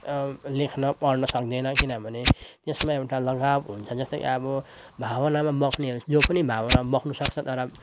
लेख्न पढ्न सक्दैन किनभने त्यसमा एउटा लगाव हुन्छ जस्तो कि अब भावनामा बग्नेहरू जो पनि भावनामा बग्नसक्छ तर अब